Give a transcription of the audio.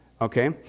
Okay